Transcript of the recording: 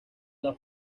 los